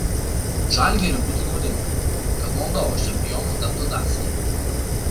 žalgiriui būtų naudinga kad moldovos čempionu taptų dacia